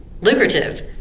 lucrative